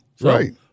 Right